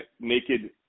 naked